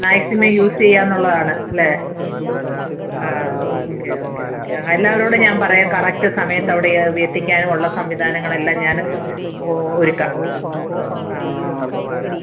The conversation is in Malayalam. മാക്സിമം യൂസ് ചെയ്യാമെന്നുള്ളതാണ് അല്ലേ ആ ഓക്കെ ഓക്കെ ഓക്കെ എല്ലാവരോടും ഞാൻ പറയാം കറക്റ്റ് സമയത്തവിടെ എത്തിക്കാനുമുള്ള സംവിധാനങ്ങളെല്ലാം ഞാൻ ഒരുക്കാം ആ ആ അ അ